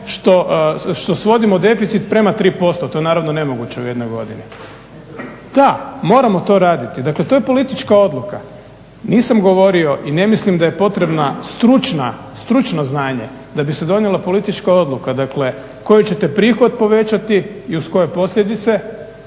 što svodimo deficit prema 3%, to je naravno nemoguće u jednoj godini. Da, moramo to raditi, dakle to je politička odluka. Nisam govorio i ne mislim da je potrebna stručno znanje da bi se donijela politička odluka koji ćete prihod povećati i uz koje posljedice,